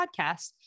podcast